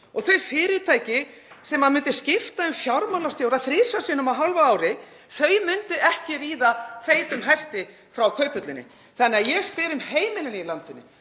Þau fyrirtæki sem myndu skipta um fjármálastjóra þrisvar sinnum á hálfu ári myndu ekki ríða feitum hesti frá Kauphöllinni, þannig að ég spyr um heimilin í landinu: